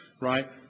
right